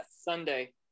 Sunday